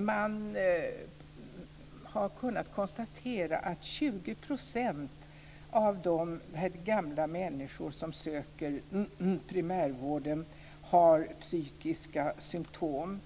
Man har kunnat konstatera att 20 % av de gamla människor som söker primärvården har psykiska symtom.